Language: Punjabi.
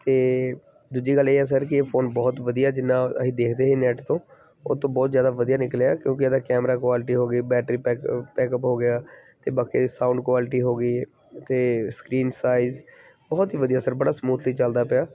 ਅਤੇ ਦੂਜੀ ਗੱਲ ਇਹ ਹੈ ਸਰ ਕਿ ਇਹ ਫੋਨ ਬਹੁਤ ਵਧੀਆ ਜਿੰਨਾ ਅਸੀਂ ਦੇਖਦੇ ਸੀ ਨੈਟ ਤੋਂ ਉਹਤੋਂ ਬਹੁਤ ਜ਼ਿਆਦਾ ਵਧੀਆ ਨਿਕਲਿਆ ਕਿਉਂਕਿ ਇਹਦਾ ਕੈਮਰਾ ਕੁਆਲਿਟੀ ਹੋ ਗਈ ਬੈਟਰੀ ਪੈਕ ਪੈਕਅਪ ਹੋ ਗਿਆ ਅਤੇ ਬਾਕੀ ਸਾਊਂਡ ਕੁਆਲਟੀ ਹੋ ਗਈ ਅਤੇ ਸਕਰੀਨ ਸਾਈਜ ਬਹੁਤ ਹੀ ਵਧੀਆ ਸਰ ਬੜਾ ਸਮੂਥਲੀ ਚੱਲਦਾ ਪਿਆ